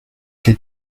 est